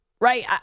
right